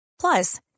Plus